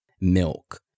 milk